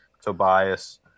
tobias